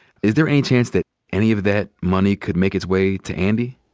is there any chance that any of that money could make its way to andy?